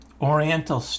Oriental